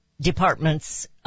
departments